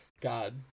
god